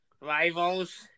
rivals